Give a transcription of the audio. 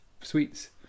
sweets